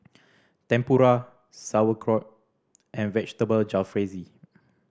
Tempura Sauerkraut and Vegetable Jalfrezi